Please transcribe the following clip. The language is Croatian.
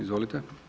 Izvolite.